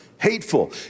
hateful